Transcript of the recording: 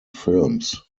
films